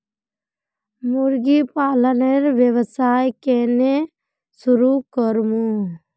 मुर्गी पालनेर व्यवसाय केन न शुरु करमु